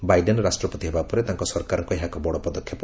Biden ରାଷ୍ଟ୍ରପତି ହେବା ପରେ ତାଙ୍କ ସରକାରଙ୍କ ଏହା ଏକ ବଡ଼ ପଦକ୍ଷେପ